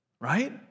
right